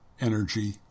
energy